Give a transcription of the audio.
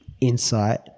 insight